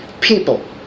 people